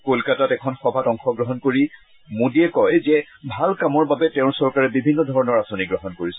কলকাতাত এখন সভাত অংশগ্ৰহণ কৰি মোদীয়ে কয় যে ভাল কামৰ বাবে তেওঁৰ চৰকাৰে বিভিন্ন ধৰণৰ আঁচনি গ্ৰহণ কৰিছে